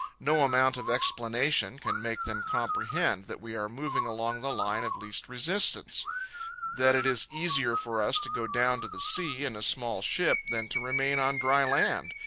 no amount of explanation can make them comprehend that we are moving along the line of least resistance that it is easier for us to go down to the sea in a small ship than to remain on dry land,